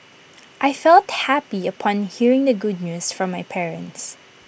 I felt happy upon hearing the good news from my parents